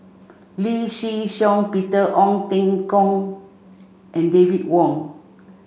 Lee Shih Shiong Peter Ong Teng Koon and David Wong